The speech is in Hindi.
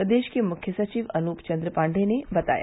प्रदेश के मुख्य सचिव अनूप चन्द्र पाण्डेय ने बताया